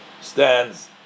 stands